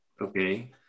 Okay